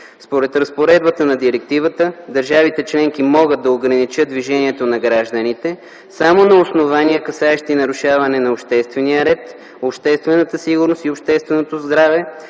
Според разпоредбата на директивата, държавите членки могат да ограничават движението на гражданите, само на основания, касаещи нарушаване на обществения ред, обществената сигурност и общественото здраве,